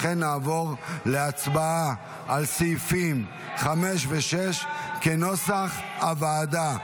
לכן נעבור להצבעה על סעיפים 5 ו-6 כנוסח הוועדה.